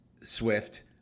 Swift